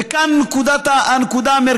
וכאן הנקודה המרכזית,